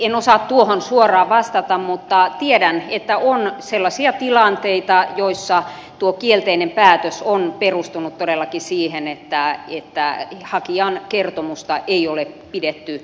en osaa tuohon suoraan vastata mutta tiedän että on sellaisia tilanteita joissa tuo kielteinen päätös on perustunut todellakin siihen että hakijan kertomusta ei ole pidetty uskottavana